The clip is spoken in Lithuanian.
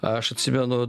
aš atsimenu